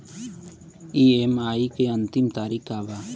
EMI के अंतिम तारीख का बा?